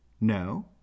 No